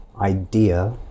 idea